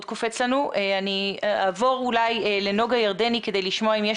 --- אני אעבור לנגה ירדני כדי לשמוע אם יש